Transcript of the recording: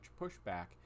pushback